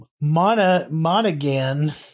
Monaghan